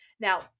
Now